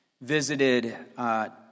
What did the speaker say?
visited